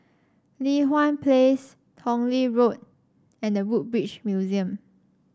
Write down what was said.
Li Hwan Place Tong Lee Road and The Woodbridge Museum